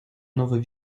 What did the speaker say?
nowy